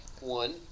one